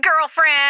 girlfriend